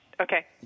okay